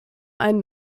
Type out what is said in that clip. einen